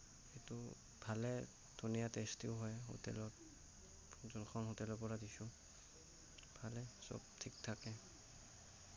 সেইটো ভালেই ধুনীয়া টেষ্টিও হয় হোটেলত যোনখন হোটেলৰ পৰা দিছোঁ ভালে চব ঠিক ঠাকে